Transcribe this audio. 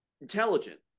intelligent